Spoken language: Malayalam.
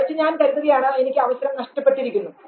മറിച്ച് ഞാൻ കരുതുകയാണ് എനിക്ക് അവസരം നഷ്ടപ്പെട്ടിരിക്കുന്നു